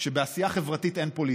שבעשייה חברתית אין פוליטיקה.